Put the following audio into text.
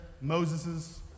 Moses's